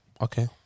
Okay